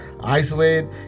isolated